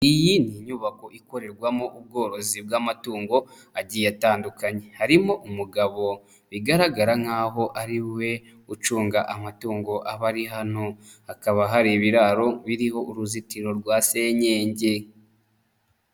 Iyi ni inyubako ikorerwamo ubworozi bw'amatungo agiye atandukanye, harimo umugabo bigaragara nk'aho ari we ucunga amatungo aba ari hano, hakaba hari ibiraro biriho uruzitiro rwa senyenge.